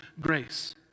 grace